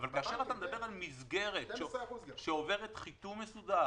גם 12%. אבל כאשר אתה מדבר על מסגרת שעוברת חיתום מסודר,